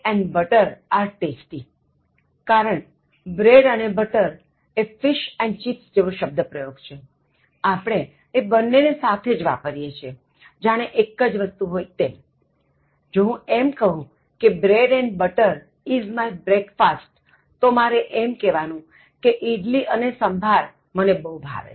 કારણ bread અને butter એ fish and chips જેવો શબ્દ પ્રયોગ છે આપણે એ બન્ને ને સાથે જ વાપરીએ છીએ જાણે એક જ વસ્તું હોય તેમ જો હું એમ કહું કે bread and butter is my breakfast તો મારે એમ કહેવાનું કે idli અને sambar મને બહુ ભાવે છે